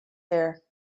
there